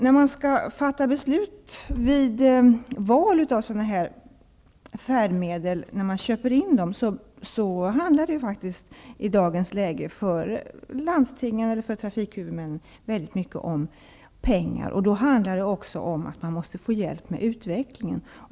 När man skall fatta beslut om att köpa in sådana färdmedel handlar det faktiskt i dagens läge för landstingen och andra trafikhuvudmän mycket om pengar liksom om att få hjälp med utvecklingen.